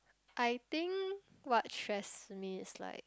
I think what stress me is like